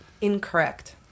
Incorrect